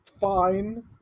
fine